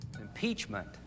Impeachment